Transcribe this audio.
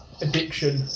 addiction